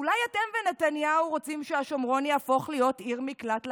אולי אתם ונתניהו רוצים שהשומרון יהפוך להיות עיר מקלט לעבריינים?